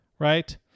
Right